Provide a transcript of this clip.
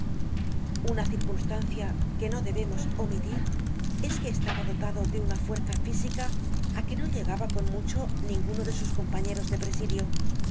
una circunstancia que no debemos omitir es que estaba dotado de una fuerza física á que no llegaba con mucho ninguno de sus compañeros de presidio